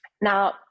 Now